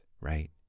right